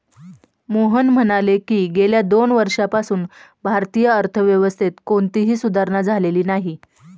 मोहन म्हणाले की, गेल्या दोन वर्षांपासून भारतीय अर्थव्यवस्थेत कोणतीही सुधारणा झालेली नाही